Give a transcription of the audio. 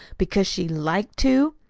because she liked to.